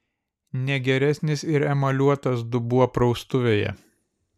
ne geresnis ir emaliuotas dubuo praustuvėje